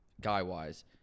guy-wise